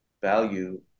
value